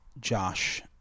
Josh